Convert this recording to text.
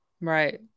Right